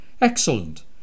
Excellent